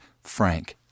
Frank